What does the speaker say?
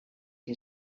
que